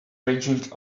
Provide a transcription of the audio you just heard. raging